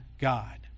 God